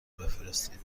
بفرستید